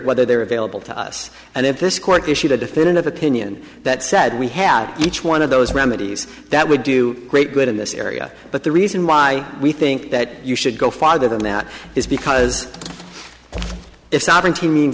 whether they're available to us and if this court issued a definitive opinion that said we have each one of those remedies that would do great good in this area but the reason why we think that you should go farther than that is because if